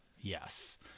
Yes